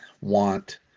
want